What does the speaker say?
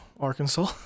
Arkansas